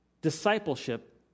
discipleship